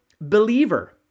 believer